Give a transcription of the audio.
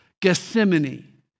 Gethsemane